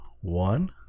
one